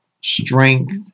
strength